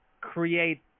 create